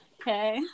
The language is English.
Okay